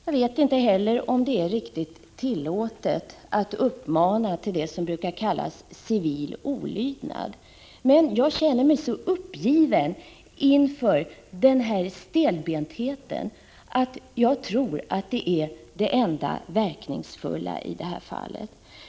Jag vet inte heller om det är riktigt tillåtet att uppmana till det som brukar kallas civil olydnad, men jag känner mig så uppgiven inför den här stelbentheten att jag tror att detta är det enda verkningsfulla i det här fallet.